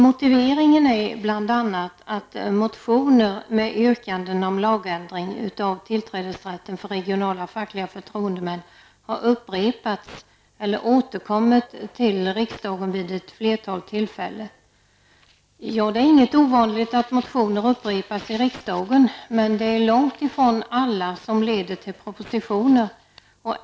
Motiveringen är bl.a. att motioner med yrkanden om lagreglering av tillträdesrätten för regionala fackliga förtroendemän upprepats eller återkommit till riksdagen vid ett flertal tillfällen. Det är ju ingenting ovanligt att motioner i riksdagen upprepas, men det är långt ifrån alla motioner som föranleder propositioner.